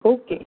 okay